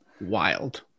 wild